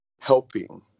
helping